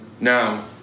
Now